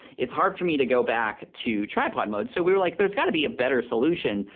it's hard for me to go back to tripod mode. so we were like there's gotta be a better solution.